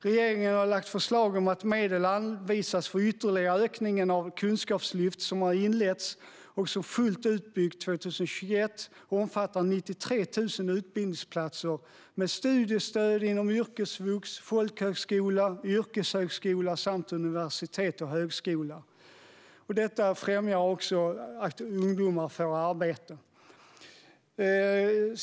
Regeringen har lagt fram förslag om att medel anvisas för en ytterligare ökning av det kunskapslyft som har inletts och som fullt utbyggt 2021 omfattar 93 000 utbildningsplatser med studiestöd inom yrkesvux, folkhögskola, yrkeshögskola samt universitet och högskola. Detta främjar också att ungdomar får arbete.